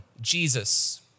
Jesus